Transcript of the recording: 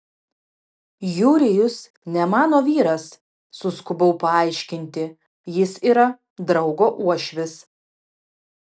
jurijus ne mano vyras suskubau paaiškinti jis yra draugo uošvis